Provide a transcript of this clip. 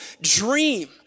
dream